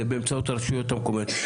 זה באמצעות הרשויות המקומיות,